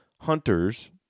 hunters